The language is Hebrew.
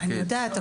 אני יודעת,